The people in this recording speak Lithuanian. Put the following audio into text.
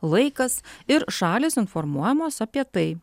laikas ir šalys informuojamos apie tai